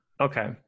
Okay